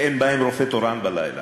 שאין בהם רופא תורן בלילה.